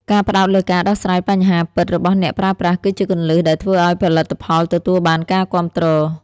ការផ្ដោតលើការដោះស្រាយបញ្ហាពិតរបស់អ្នកប្រើប្រាស់គឺជាគន្លឹះដែលធ្វើឱ្យផលិតផលទទួលបានការគាំទ្រ។